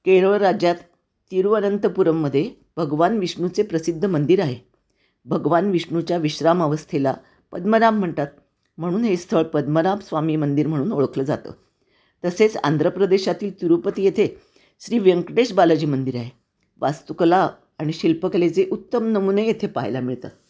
केरळ राज्यात तिरुवनंतपुरम्मध्ये भगवान विष्णूचे प्रसिद्ध मंदिर आहे भगवान विष्णूच्या विश्रामावस्थेला पद्मनाभ म्हणतात म्हणून हे स्थळ पद्मनाभस्वामी मंदिर म्हणून ओळखलं जातं तसेच आंध्रप्रदेशातील तिरुपति येथे श्रीव्यंकटेशबालाजी मंदिर आहे वास्तुकला आणि शिल्पकलेचे उत्तम नमुने येथे पहायला मिळतात